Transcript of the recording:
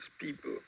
people